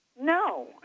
No